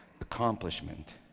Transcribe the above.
accomplishment